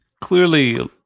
clearly